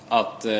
att